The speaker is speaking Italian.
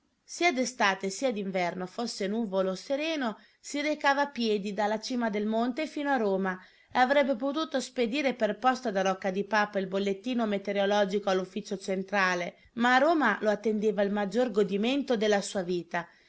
sia d'estate sia d'inverno fosse nuvolo o sereno si recava ai piedi dalla cima del monte fino a roma avrebbe potuto spedire per posta da rocca di papa il bollettino meteorologico all'ufficio centrale ma a roma lo attendeva il maggior godimento della sua vita